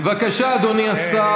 רק שהציבור, בבקשה, אדוני השר,